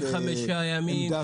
45 ימים.